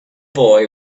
boy